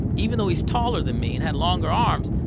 even though he's taller than me and had longer arms,